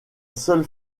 seule